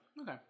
Okay